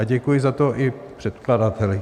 Děkuji za to i předkladateli.